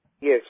Yes